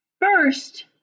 First